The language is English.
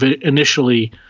initially